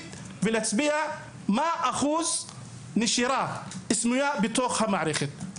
ולהגיד מה הוא אחוז הנשירה הסמויה בתוך אותה מערכת.